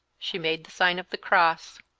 she made the sign of the cross.